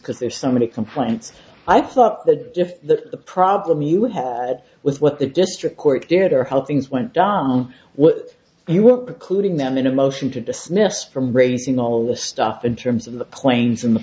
because there's so many complaints i thought that if the problem you had with what the district court did or how things went don what you were clearing them in a motion to dismiss from raising all the stuff in terms of the planes in the